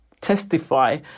testify